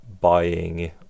buying